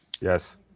Yes